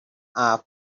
are